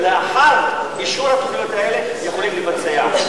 ולאחר אישור התוכניות האלה יכולים לבצע.